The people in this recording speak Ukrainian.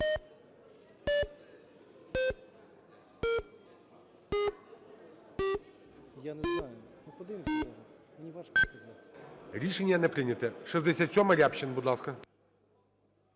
Рішення не прийнято. 67-а. Рябчин, будь ласка.